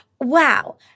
wow